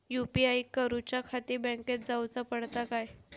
UPI करूच्याखाती बँकेत जाऊचा पडता काय?